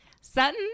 sutton